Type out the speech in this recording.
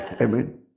Amen